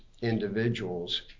individuals